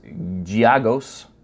Giagos